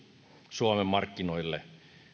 suomen markkinoille